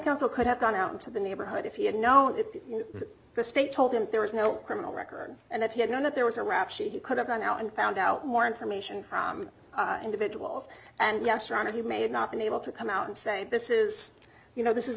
counsel could have gone out into the neighborhood if you know if the state told him there was no criminal record and that he had known that there was a rap sheet he could have gone out and found out more information from individuals and yes your honor he may have not been able to come out and say this is you know this is